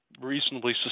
reasonably